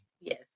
Yes